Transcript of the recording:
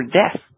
death